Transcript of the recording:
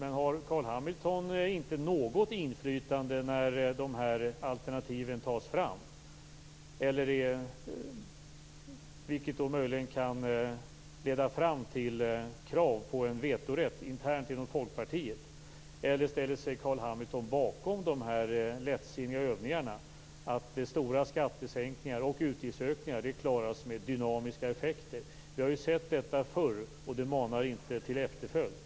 Men har Carl B Hamilton inte något inflytande när alternativen tas fram, vilket möjligen kan leda fram till krav på en vetorätt internt inom Folkpartiet? Eller ställer sig Carl B Hamilton bakom de lättsinniga övningarna där stora skattesänkningar och utgiftsökningar klaras med dynamiska effekter? Vi har ju sett detta förr, och det manar inte till efterföljd.